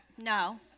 No